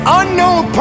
unknown